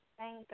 Thank